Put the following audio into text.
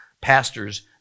pastors